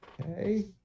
okay